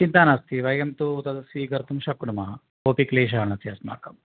चिन्ता नास्ति वयं तु तद् स्वीकर्तुं शक्नुमः कोपि क्लेशः नास्ति अस्माकम्